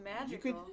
magical